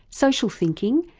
social thinking,